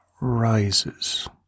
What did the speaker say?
rises